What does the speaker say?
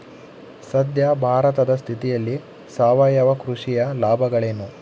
ಸದ್ಯ ಭಾರತದ ಸ್ಥಿತಿಯಲ್ಲಿ ಸಾವಯವ ಕೃಷಿಯ ಲಾಭಗಳೇನು?